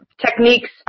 techniques